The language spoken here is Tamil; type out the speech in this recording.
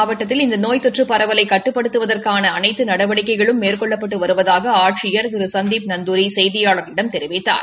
மாவட்டத்தில் இந்த நோய் தொற்று பரவலை கட்டுப்படுததுவதற்கான அளைத்து கரக்கக்குடி நடவடிக்கைகளும் மேற்கொள்ளப்பட்டு வருவதாக ஆடசியர் திரு சந்தீப் நந்துரி செய்தியாளர்களிடம் தெரிவித்தார்